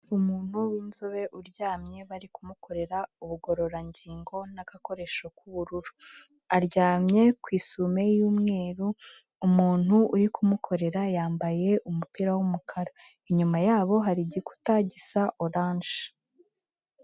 Umuntu w'inzobe uryamye bari kumukorera ubugororangingo n'agakoresho k'ubururu. Aryamye ku isume y'umweru, umuntu uri kumukorera yambaye umupira w'umukara. Inyuma yabo hari igikuta gisa oranje.